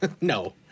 No